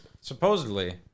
supposedly